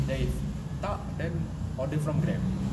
then if tak then order from Grab